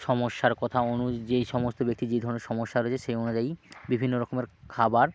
সমস্যার কথা যেই সমস্ত ব্যক্তি যে ধরনের সমস্যা রয়েছে সেই অনুযায়ী বিভিন্ন রকমের খাবার